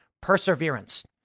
perseverance